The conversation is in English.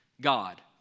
God